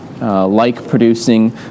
like-producing